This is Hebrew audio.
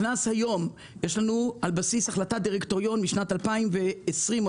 על בסיס החלטת דירקטוריון משנת 2020 או